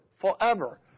forever